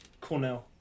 Cornell